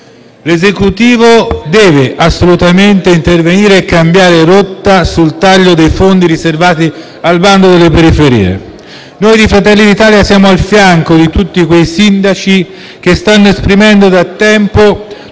l'Esecutivo deve assolutamente intervenire e cambiare rotta sul taglio dei fondi riservati al bando per le periferie. Noi di Fratelli d'Italia siamo al fianco di tutti quei sindaci che stanno esprimendo da tempo